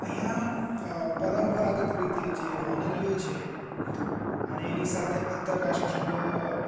અહીંયા પરંપરાગત રીતે જે વાનગીઓ છે અને એની સાથે આંતરરાષ્ટ્રીય